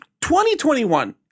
2021